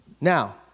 Now